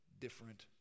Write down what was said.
different